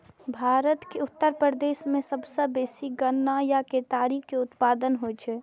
भारत के उत्तर प्रदेश मे सबसं बेसी गन्ना या केतारी के उत्पादन होइ छै